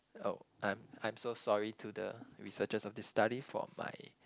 so I'm I'm so sorry to the researchers of this study for my